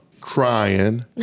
crying